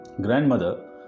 grandmother